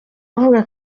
avuga